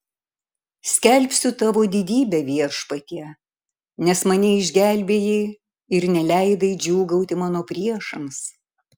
skelbsiu tavo didybę viešpatie nes mane išgelbėjai ir neleidai džiūgauti mano priešams